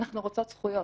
אנחנו רוצות זכויות.